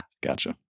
Gotcha